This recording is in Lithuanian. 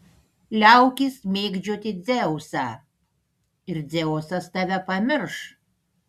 liaukis mėgdžioti dzeusą ir dzeusas tave pamirš